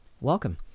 welcome